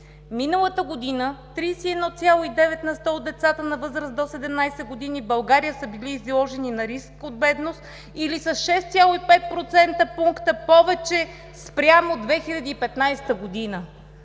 Миналата година 31,9 на сто от децата на възраст до 17 години в България са били изложени на риск от бедност, или с 6,5% пункта повече спрямо 2015 г.